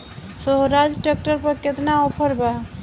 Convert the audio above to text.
सोहराज tractor पर केतना offer बा?